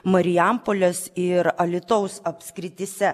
marijampolės ir alytaus apskrityse